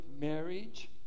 marriage